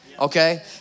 Okay